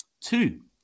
Two